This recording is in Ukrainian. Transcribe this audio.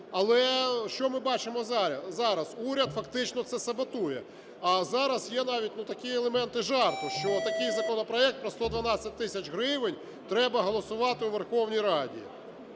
Але що ми бачимо зараз? Уряд фактично це саботує. А зараз є навіть, ну, такі елементи жарту, що такий законопроект на 112 тисяч гривень треба голосувати у Верховній Раді.